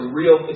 real